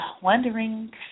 wondering